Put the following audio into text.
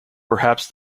perhaps